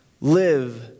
Live